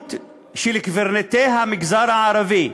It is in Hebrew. התחייבות של קברניטי המגזר הערבי,